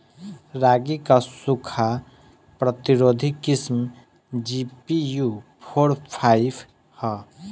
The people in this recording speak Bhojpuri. रागी क सूखा प्रतिरोधी किस्म जी.पी.यू फोर फाइव ह?